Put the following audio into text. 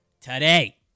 today